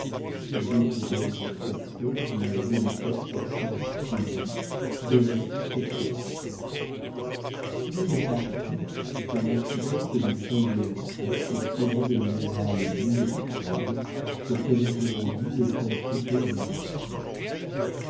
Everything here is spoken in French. les deux tourelles sont percées d'une jolie porte à cintre aigu donnant sur cette terrasse tel est le parti que l'architecture du treizième siècle tirait de la muraille nue et froide que présente aujourd'hui le pan coupé d'une maison